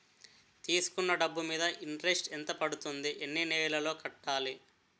తీసుకున్న డబ్బు మీద ఇంట్రెస్ట్ ఎంత పడుతుంది? ఎన్ని నెలలో కట్టాలి?